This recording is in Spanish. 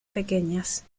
pequeñas